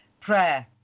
prayer